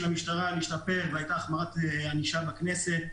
המשטרה להשתפר והייתה החמרת ענישה בכנסת,